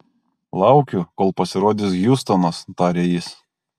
laukiu kol pasirodys hjustonas tarė jis